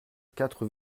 quatre